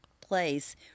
place